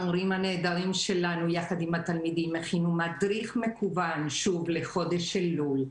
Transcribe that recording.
המורים הנהדרים שלנו יחד עם התלמידים הכינו מדריך מקוון שוב לחודש אלול,